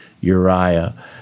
Uriah